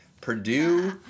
purdue